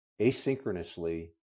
asynchronously